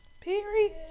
period